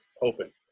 open